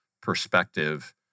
perspective